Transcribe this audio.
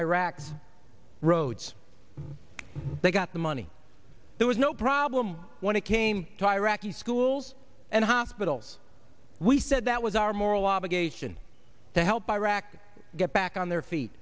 iraq's roads they got the money there was no problem when it came to iraqi schools and hospitals we said that was our moral obligation to help iraqis get back on their feet